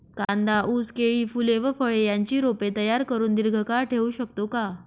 कांदा, ऊस, केळी, फूले व फळे यांची रोपे तयार करुन दिर्घकाळ ठेवू शकतो का?